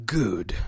good